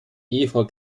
ehefrau